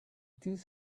this